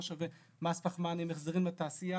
לא שווה מס פחמן עם החזרים לתעשייה